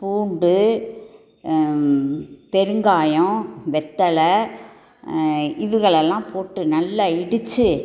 பூண்டு பெருங்காயம் வெற்றில இதுகளை எல்லாம் போட்டு நல்லா இடித்து